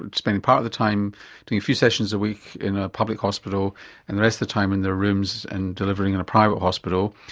ah spending part of their time doing a few sessions a week in a public hospital and the rest the time in their rooms and delivering in a private hospital,